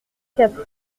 quatre